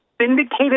syndicated